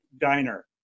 Diner